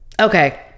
okay